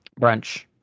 brunch